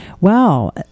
Wow